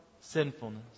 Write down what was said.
sinfulness